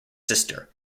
sister